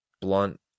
blunt